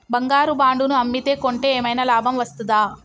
బంగారు బాండు ను అమ్మితే కొంటే ఏమైనా లాభం వస్తదా?